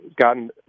gotten